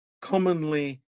Commonly